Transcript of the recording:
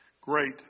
Great